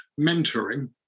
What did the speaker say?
mentoring